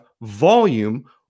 volume